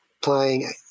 playing